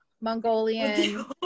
Mongolian